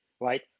right